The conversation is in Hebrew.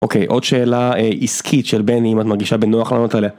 אוקיי עוד שאלה עסקית של בני אם את מרגישה בנוח לנות עליה.